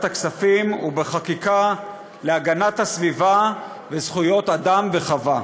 הכספים ובחקיקה להגנת הסביבה וזכויות אדם וחווה.